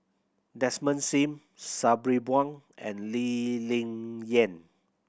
Desmond Sim Sabri Buang and Lee Ling Yen